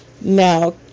Now